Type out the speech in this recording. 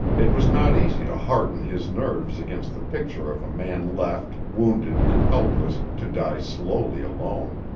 it was not easy to harden his nerves against the picture of a man left, wounded and helpless, to die slowly alone.